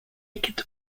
could